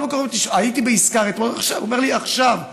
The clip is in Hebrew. הייתי בישקר, והוא אומר לי: עכשיו.